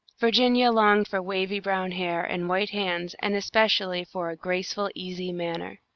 virginia longed for wavy brown hair and white hands, and especially for a graceful, easy manner.